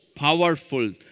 powerful